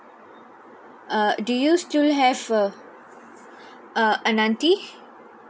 uh do you still have err uh ananthiy